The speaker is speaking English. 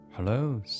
Hello